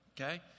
Okay